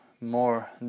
more